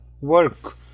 work